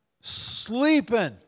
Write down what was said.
Sleeping